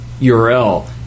URL